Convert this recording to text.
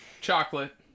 chocolate